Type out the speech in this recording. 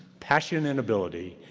passion and ability,